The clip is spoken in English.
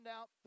out